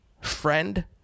friend